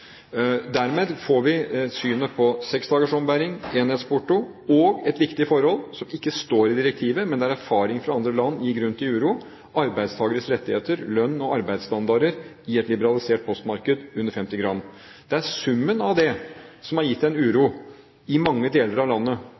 Dermed får vi synet på seks dagers ombæring, enhetsporto for brev under 50 gram – og et viktig forhold som ikke står i direktivet, men der erfaring fra andre land gir grunn til uro: arbeidstakeres rettigheter, lønn og arbeidsstandarder i et liberalisert postmarked. Det er summen av det – som har gitt en uro i mange deler av landet,